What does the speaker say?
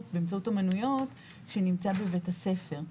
באמצעות אומנויות שנמצא בבית הספר?